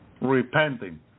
repenting